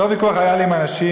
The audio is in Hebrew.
אותו ויכוח היה לי עם אנשים